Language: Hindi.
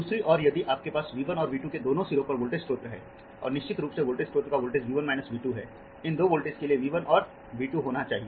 दूसरी ओर यदि आपके पास V 1 और V 2 के दोनों सिरों पर वोल्टेज स्रोत है तो निश्चित रूप से वोल्टेज स्रोत का वोल्टेज V 1 माइनस V 2 है इन दो वोल्टेज के लिए V 1 और V 2 होना चाहिए